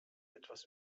etwas